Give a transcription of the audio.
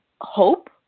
hope